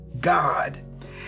God